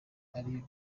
ari